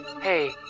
Hey